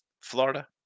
Florida